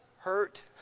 Hurt